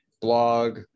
blog